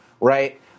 right